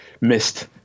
missed